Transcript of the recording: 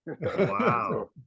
Wow